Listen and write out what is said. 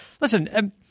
listen